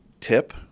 tip